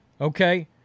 Okay